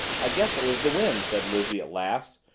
i guess it was the wind, said lizzie at last,